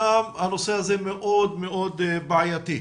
שם הנושא הזה מאוד מאוד בעייתי,